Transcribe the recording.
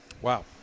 Wow